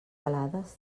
alades